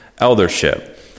eldership